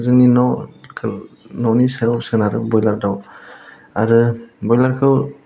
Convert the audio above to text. जोंनि न' न'नि साया सोनारो ब्रयलार दाउ आरो ब्रयलार खौ